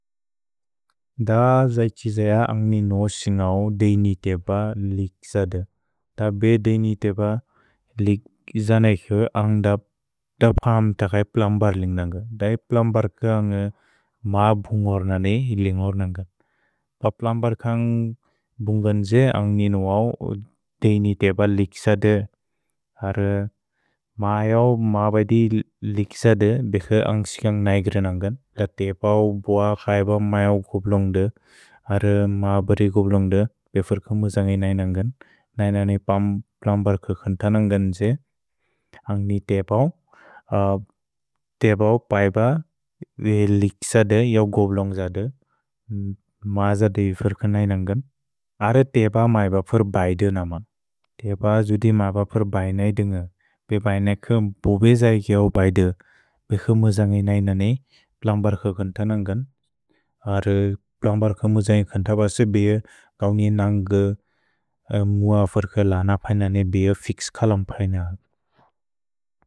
द जै त्क्सिजय अन्ग् निनो सिन्गव् देइनितेब लिक्सद्। द बे देइनितेब लिक् जनैक् हु अन्ग् दब् क्सम् तक्सैप् प्लम्बर् लिन्ग्दन्ग्। दैप् प्लम्बर्क अन्ग् म बुन्गोर् नने हिल् लिन्गोर् नन्गन्। दैप् प्लम्बर्क अन्ग् बुन्गन् द्जे अन्ग् निनो अव् देइनितेब लिक्सद्। हर् म यव् म ब दि लिक्सद्। भेख अन्ग् क्सिकन्ग् नैक् रिनन्गन्। दैप् अव् बुअ क्सैबव् म यव् गोब्लोन्ग्द्। हर् म ब रि गोब्लोन्ग्द्। भेफर्क मु जन्गय् नैनन्गन्। दैप् अव् बुअ क्सैबव् म यव् गोब्लोन्ग्द्। भेख अन्ग् क्सिकन्ग् नैक् रिनन्गन्। दैप् अव् बुअ क्सैबव् म यव् गोब्लोन्ग्द्। हर् म यव् म रि गोब्लोन्ग्द्। भेख अन्ग् क्सिकन्ग् नैक् रिनन्गन्। सेमुअ वेर्गलन पैनन् नि बेअ फिक्स् कलोम् पैनन्।